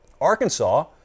Arkansas